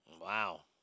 Wow